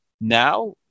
now